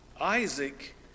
Isaac